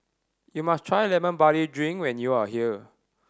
you must try Lemon Barley Drink when you are here